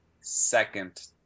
second